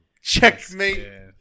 Checkmate